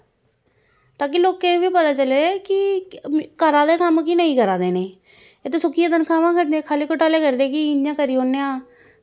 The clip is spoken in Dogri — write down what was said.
ताकि लोकें ई बी पता चलै कि करा दे कम्म कि नेईं करा दे न एह् ते खा'ल्ली सुक्कियां तन्खावां कन्नै ते खा'ल्ली घोटाले करदे कि इ'यां करी ओड़नें आं